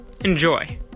Enjoy